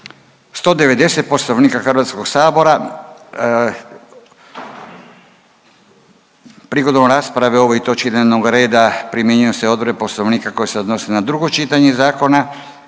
190. Poslovnika HS. Prigodom rasprave o ovoj točki dnevnog reda primjenjuju se odredbe Poslovnika koje se odnose na drugo čitanje zakona,